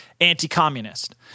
anti-communist